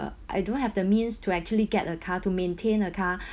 I don't have the means to actually get a car to maintain a car